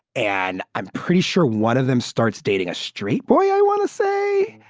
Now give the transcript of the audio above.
and i'm pretty sure one of them starts dating a straight boy, i want to say.